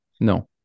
No